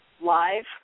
live